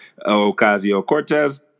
Ocasio-Cortez